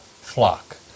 flock